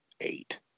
eight